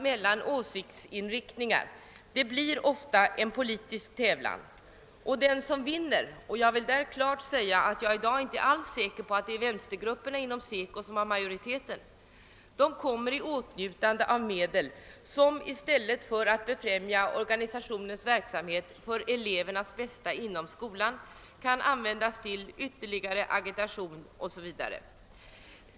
mellan åsiktsinriktningar blir ofta en politisk tävlan, och den som vinner — jag vill här klart säga ifrån att jag inte alls är säker på att det i dag är vänstergrupperna inom SECO som har majoriteten — kommer i åtnjutande av medel som i stället för att befrämja organisationens verksamhet för elevernas bästa inom skolan kan användas till ytterligare agitation 0. s. v.